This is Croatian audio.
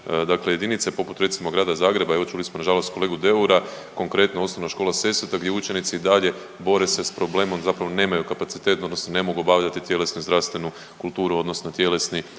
dakle jedinice poput recimo Grada Zagreba, evo čuli smo na žalost kolegu Deura konkretno Osnovna škola Sesvete gdje učenici i dalje bore se s problemom zapravo nemaju kapacitet odnosno ne mogu obavljati tjelesnu zdravstvenu kulturu odnosno tjelesni